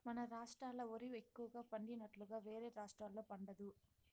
మన రాష్ట్రాల ఓరి ఎక్కువగా పండినట్లుగా వేరే రాష్టాల్లో పండదు